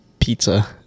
pizza